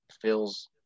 feels